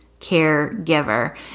caregiver